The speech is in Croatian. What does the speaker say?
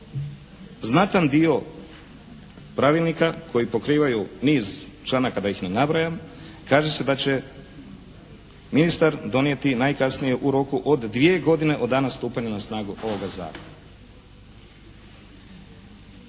znatan dio pravilnika koji pokrivaju niz članaka da ih ne nabrajam kaže se da će ministar donijeti najkasnije u roku od dvije godine od dana stupanja na snagu ovoga zakona.